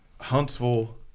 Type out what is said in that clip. huntsville